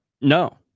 No